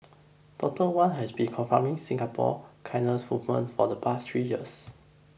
Doctor Wan has been confronting Singapore kindness movement for the past three years